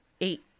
eight